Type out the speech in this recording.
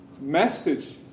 message